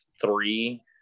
three